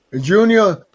Junior